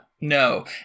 No